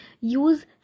Use